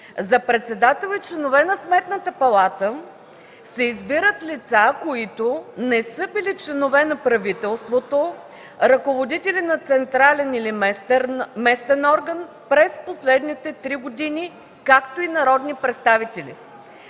„За председател и членове на Сметната палата се избират лица, които не са били членове на правителството, ръководители на централен или местен орган през последните три години, както и народни представители”.